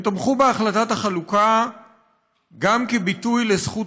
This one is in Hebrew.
הם תמכו בהחלטת החלוקה גם כביטוי לזכות